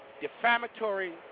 defamatory